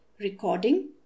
recording